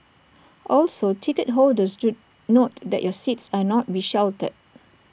also ticket holders do note that your seats are not be sheltered